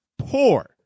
Poor